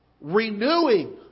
renewing